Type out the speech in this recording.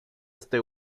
este